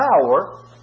power